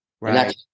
Right